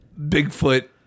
Bigfoot